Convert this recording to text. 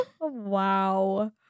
Wow